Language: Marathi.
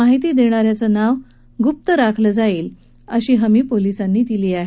माहिती देणा याचं नाव गुपीत राखलं जाईल अशी शाबती पोलिसांनी दिली आहे